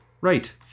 Right